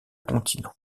continents